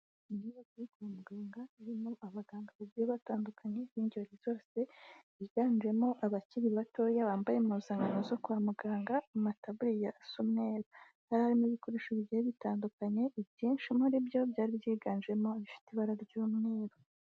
Inyuba yo kwa muganga irimo abaganga bagiye batandukanye b'ingeri zose; biganjemo abakiri batoya bambaye impuzankano zo kwa muganga, amataburiya asa umweru. harimo ibikoresho byari bigiye bitandukanye, ibyinshi muri byo byari byiganjemo bifite ibara ry'umweru.